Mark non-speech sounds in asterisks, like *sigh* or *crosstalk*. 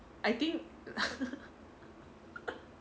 I think *laughs*